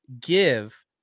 give